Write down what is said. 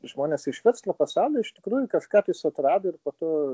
žmonės iš verslo pasaulio iš tikrųjų kažką tai atrado ir po to